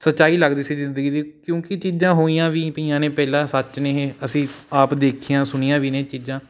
ਸੱਚਾਈ ਲੱਗਦੀ ਸੀ ਜ਼ਿੰਦਗੀ ਦੀ ਕਿਉਂਕਿ ਚੀਜ਼ਾਂ ਹੋਈਆਂ ਵੀ ਪਈਆਂ ਨੇ ਪਹਿਲਾਂ ਸੱਚ ਨੇ ਇਹ ਅਸੀਂ ਆਪ ਦੇਖੀਆਂ ਸੁਣੀਆਂ ਵੀ ਨੇ ਇਹ ਚੀਜ਼ਾਂ